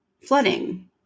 flooding